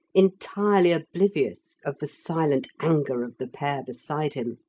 entirely oblivious of the silent anger of the pair beside him.